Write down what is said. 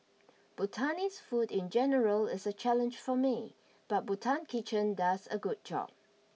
Bhutanese food in general is a challenge for me but Bhutan Kitchen does a good job